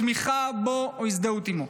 תמיכה בו או הזדהות עימו.